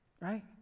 Right